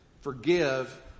forgive